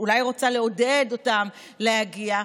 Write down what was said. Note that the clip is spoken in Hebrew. אולי היא רוצה לעודד אותם להגיע.